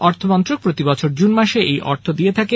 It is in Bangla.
অর্থ মন্ত্রক প্রতি বছর জুন মাসে এই অর্থ দিয়ে থাকে